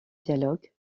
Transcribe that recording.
dialogues